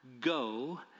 go